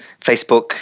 Facebook